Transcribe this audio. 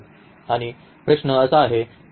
आणि प्रश्न असा आहे की हे V वेक्टर स्पेस बनवते का